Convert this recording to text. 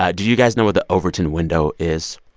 ah do you guys know what the overton window is?